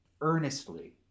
earnestly